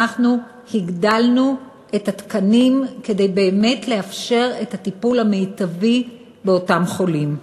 אנחנו הגדלנו את התקנים כדי באמת לאפשר את הטיפול המיטבי באותם חולים.